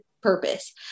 purpose